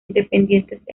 independientes